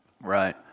right